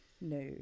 No